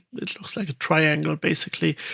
it looks like a triangle, basically,